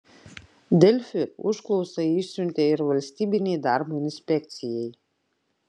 delfi užklausą išsiuntė ir valstybinei darbo inspekcijai